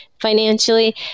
financially